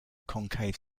concave